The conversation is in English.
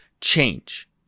change